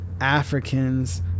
Africans